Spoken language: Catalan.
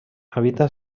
habita